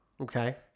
Okay